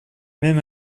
même